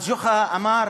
אז ג'וחא אמר: